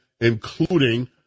including